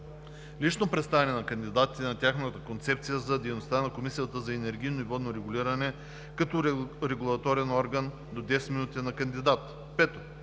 Лично представяне на кандидатите и на тяхната концепция за дейността на Комисията за енергийно и водно регулиране като регулаторен орган – до 10 минути на кандидат.